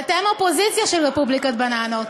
אתם אופוזיציה של רפובליקת בננות.